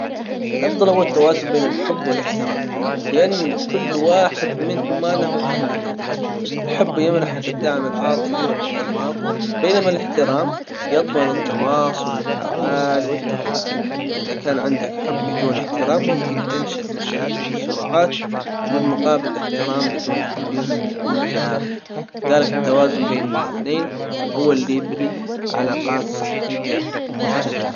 الافضل هو التوازن بين الحب والاحترام لأن كل واحد منهما له اهميته الحب يمنحك الدعم العاطفي والارتباط بينما الاحترام يضمن التواصل الفعال والتفاهم إذا كان عندك حب بدون احترام ممكن تنشأ مشاكل وصراعات وبالمقابل الاحترام بدون حب يمكن يكون جاف. ذلك التوازن بين الاثنين هو اللي يبني علاقات صحية ومستدامة